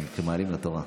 כן, כשמעלים לתורה.